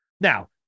now